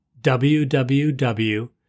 WWW